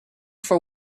for